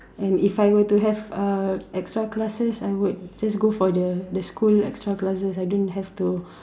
and if I were to have uh extra classes I would just go for the the school extra classes I don't have to